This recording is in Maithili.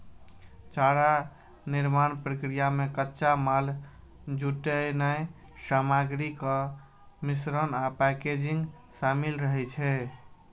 चारा निर्माण प्रक्रिया मे कच्चा माल जुटेनाय, सामग्रीक मिश्रण आ पैकेजिंग शामिल रहै छै